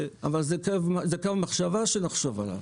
אבל זה קו מחשבה שנחשוב עליו.